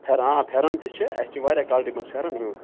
فےٚ آ پھٮ۪رَن تہِ چھِ اَسہِ واریاہ کالٹی منٛز پھٮ۪رَن